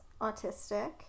autistic